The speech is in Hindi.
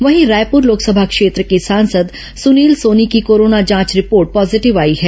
वहीं रायपुर लोकसभा क्षेत्र के सांसद सुनील सोनी की कोरोना जांच रिपोर्ट पॉजीटिव आई है